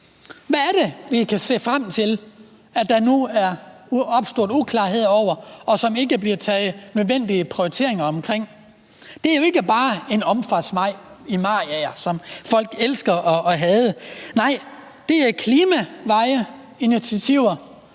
Hvad er det, vi kan se frem til, som der nu er opstået uklarhed over, og hvor der ikke bliver taget de nødvendige prioriteringer? Det er jo ikke bare en omfartsvej i Mariager, som folk elsker at hade. Det er initiativer